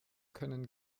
können